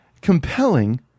Compelling